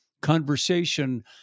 conversation